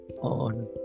on